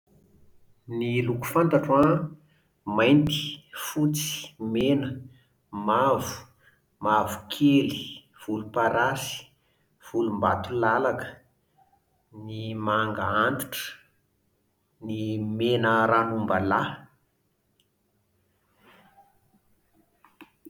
Ny loko fantatro an: mainty, fotsy, mena, mavo, mavokely, volomparasy, volombatolalaka, ny manga antitra, ny mena ran'ombalahy